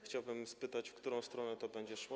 Chciałbym spytać, w którą stronę to będzie szło.